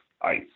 ice